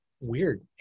weird